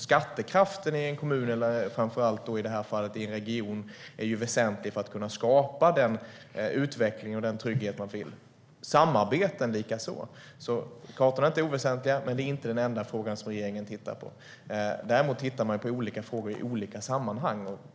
Skattekraften i en kommun eller en region är väsentlig för att man ska kunna skapa den utveckling och trygghet man vill, samarbeten likaså. Kartorna är alltså inte oväsentliga, men det är inte den enda fråga som regeringen tittar på. Däremot tittar man på olika frågor i olika sammanhang.